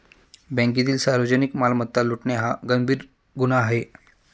बँकेतील सार्वजनिक मालमत्ता लुटणे हा गंभीर गुन्हा आहे